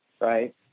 Right